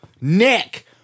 Nick